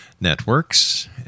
Networks